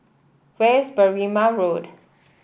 where is Berrima Road